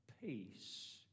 peace